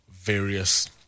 various